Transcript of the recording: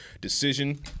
decision